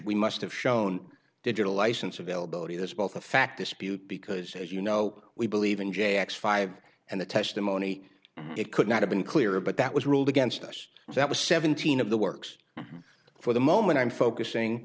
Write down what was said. we must have shown digital license availability this both a fact dispute because as you know we believe in j x five and the testimony it could not have been clearer but that was ruled against us that was seventeen of the works for the moment i'm focusing